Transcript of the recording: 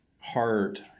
heart